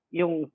yung